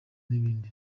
n’ibindi